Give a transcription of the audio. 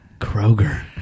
Kroger